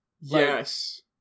yes